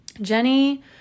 Jenny